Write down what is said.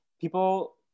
people